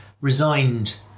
resigned